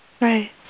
Right